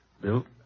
Bill